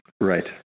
Right